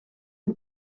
gut